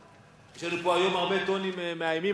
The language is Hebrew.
יש לנו פה היום הרבה טונים מאיימים.